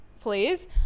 please